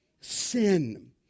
sin